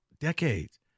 decades